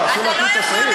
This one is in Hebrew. אסור להקריא את הסעיף?